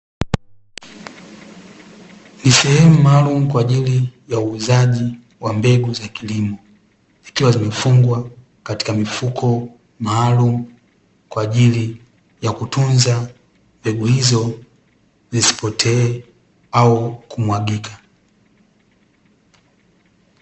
Ni sehemu maalumu kwa ajili ya uuzaji wa mbegu za kilimo, zikiwa zimefungwa katika mifuko maalumu kwa ajili ya kutunza mbegu hizo zisipotee au kumwagika.